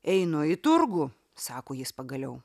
einu į turgų sako jis pagaliau